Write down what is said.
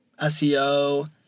SEO